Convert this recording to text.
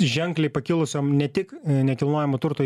ženkliai pakilusiom ne tik nekilnojamo turto